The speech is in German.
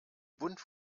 bunt